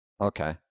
okay